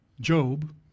Job